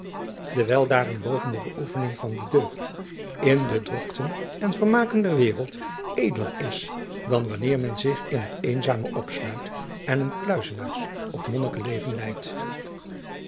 en boven de beöefening van de deugd in de drokten en vermaken der wereld edeler is dan wanneer men zich in het eenzame opsluit en een kluizenaars of monniken leven leidt